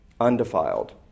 Undefiled